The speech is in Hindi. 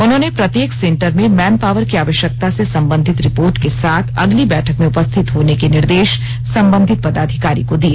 उन्होंने प्रत्येक सेंटर में मैनपावर की आवश्यकता से संबंधित रिपोर्ट के साथ अगली बैठक में उपस्थित होने के निर्देश संबंधित पदाधिकारी को दिए